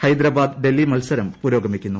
ഹൈദരാബാദ് ഡൽഹി മത്സരം പുരോഗമിക്കുന്നു